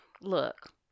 look